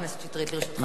גברתי היושבת-ראש,